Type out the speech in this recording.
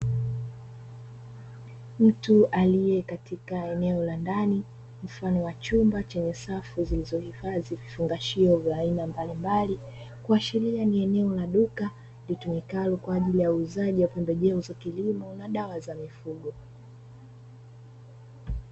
Mtu aliye katika eneo la ndani, mfano wa chumba chenye safu zilizo hifadhi vifungashio vya aina mbalimbali, kuashiria ni eneo la duka litumikalo kwaajili ya uuzaji wa pembejeo za kilimo na dawa za mifugo.